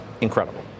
incredible